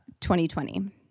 2020